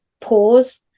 pause